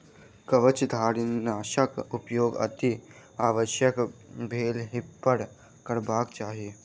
कवचधारीनाशक उपयोग अतिआवश्यक भेलहिपर करबाक चाहि